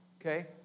okay